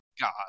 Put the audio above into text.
God